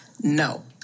no